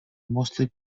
mostly